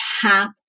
tap